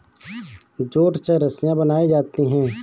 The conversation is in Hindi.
जूट से रस्सियां बनायीं जाती है